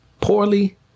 poorly